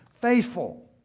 faithful